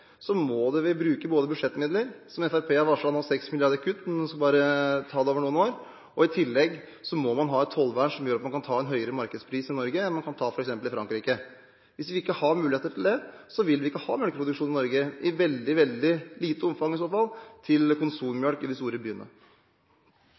må vi både bruke budsjettmidler – Fremskrittspartiet har varslet kutt på 6 mrd. kr., en skal bare ta det over noen år – og ha et tollvern som gjør at man kan ta en høyere markedspris i Norge enn man kan ta i f.eks. Frankrike. Hvis vi ikke har muligheter til det, vil vi ikke ha melkeproduksjon i Norge – i veldig, veldig lite omfang i så fall, til